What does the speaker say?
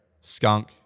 Skunk